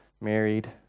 married